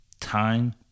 Time